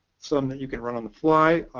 some that you can run on the fly,